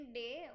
day